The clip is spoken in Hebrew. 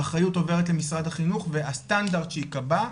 האחריות עוברת למשרד החינוך והסטנדרט שייקבע,